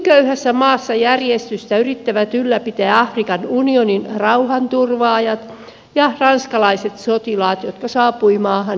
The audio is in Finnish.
rutiköyhässä maassa järjestystä yrittävät ylläpitää afrikan unionin rauhanturvaajat ja ranskalaiset sotilaat jotka saapuivat maahan joulukuussa